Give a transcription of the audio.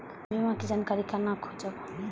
बीमा के जानकारी कोना खोजब?